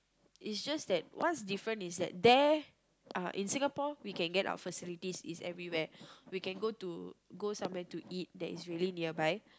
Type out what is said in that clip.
it's just that what's different is that there uh in Singapore we can get our facilities it's everywhere we can go to go somewhere to eat that is really nearby